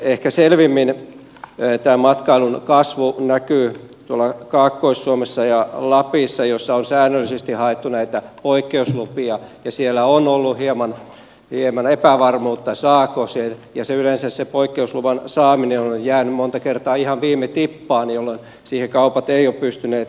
ehkä selvimmin tämä matkailun kasvu näkyy tuolla kaakkois suomessa ja lapissa missä on säännöllisesti haettu näitä poikkeuslupia ja siellä on ollut hieman epävarmuutta saako niitä ja yleensä se poikkeusluvan saaminen on jäänyt monta kertaa ihan viime tippaan jolloin kaupat eivät ole pystyneet siihen varautumaan